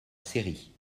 série